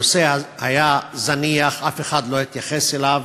הנושא היה זניח, אף אחד לא התייחס אליו,